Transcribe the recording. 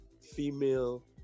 female